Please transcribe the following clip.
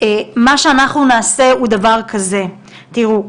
תראו,